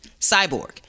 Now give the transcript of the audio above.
Cyborg